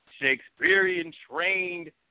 Shakespearean-trained